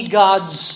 gods